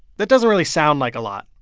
that doesn't really sound like a lot,